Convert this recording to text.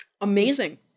Amazing